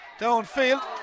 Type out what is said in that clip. downfield